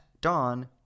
dawn